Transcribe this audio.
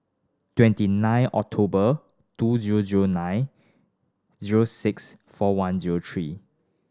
twenty nine October two zero zero nine zero six four one zero three